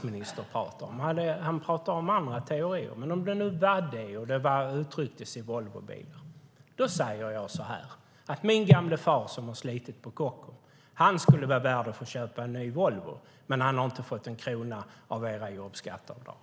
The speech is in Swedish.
Men om vi talar om konsumtionsstimulanser och uttrycker det i Volvobilar, säger jag så här: Min gamle far som slet på Kockums skulle vara värd att få köpa en ny Volvo, men han har inte fått en krona av era jobbskatteavdrag.